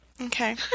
Okay